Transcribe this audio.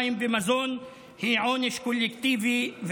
מים ומזון היא עונש קולקטיבי,